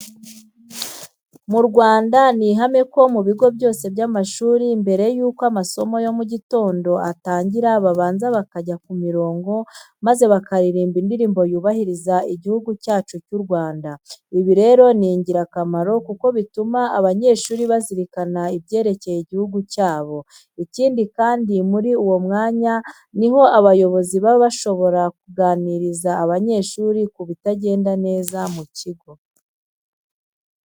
Mu Rwanda ni ihame ko mu bigo byose by'amashuri mbere yuko amasomo ya mu gitondo atangira babanza bakajya ku mirongo maze bakaririmba indirimbo yubahiriza Igihugu cyacu cy'u Rwanda. Ibi rero ni ingirakamaro kuko bituma abanyeshuri bazirikana ibyerekeye igihugu cyabo. Ikindi kandi muri uwo mwanya ni ho abayobozi baba bashobora kuganiriza abanyeshuri ku bitagenda neza mu kigo.